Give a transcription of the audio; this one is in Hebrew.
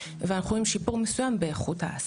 ואנחנו רואים שיפור מסוים באיכות ההעסקה.